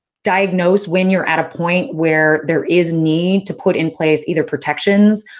diagnose when you're at a point where there is need to put in place either protections,